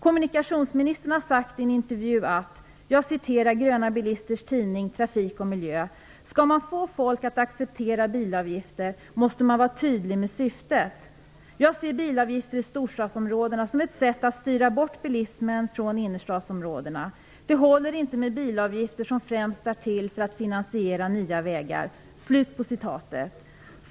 Kommunikationsministern har i en intervju sagt - jag citerar Gröna bilisters tidning Trafik och miljö: "Ska man få folk att acceptera bilavgifter måste man vara tydlig med syftet. Jag ser bilavgifter i storstadsområdena som ett sätt att styra bort bilismen från innerstadsområdena. Det håller inte med bilavgifter som främst är till för att finansiera nya vägar."